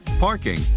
parking